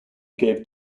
gave